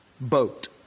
boat